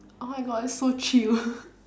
oh my god it's so chill